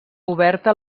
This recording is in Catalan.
oberta